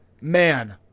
man